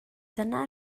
dyna